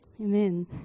Amen